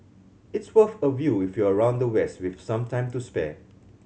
it's worth a view if you're around the west with some time to spare